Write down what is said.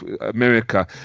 America